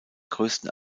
größten